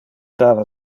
dava